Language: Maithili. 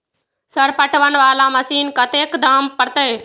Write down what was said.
सर पटवन वाला मशीन के कतेक दाम परतें?